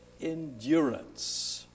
endurance